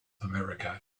america